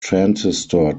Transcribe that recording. transistor